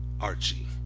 Archie